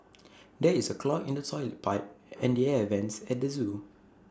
there is A clog in the Toilet Pipe and the air Vents at the Zoo